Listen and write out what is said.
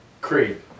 Creed